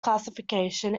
classification